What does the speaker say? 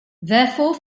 therefore